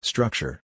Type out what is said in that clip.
Structure